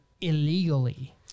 illegally